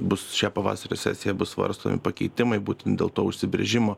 bus šią pavasario sesiją bus svarstomi pakeitimai būtent dėl to užsibrėžimo